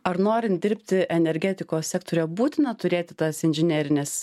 ar norint dirbti energetikos sektoriuje būtina turėti tas inžinerines